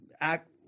act